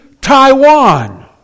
Taiwan